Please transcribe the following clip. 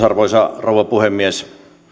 arvoisa rouva puhemies